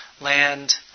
land